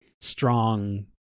strong